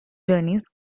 journeys